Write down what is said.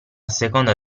seconda